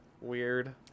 Weird